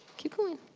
keep going.